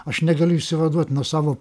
aš negaliu išsivaduot nuo savo